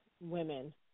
women